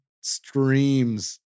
streams